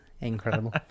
incredible